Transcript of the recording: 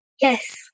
Yes